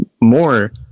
more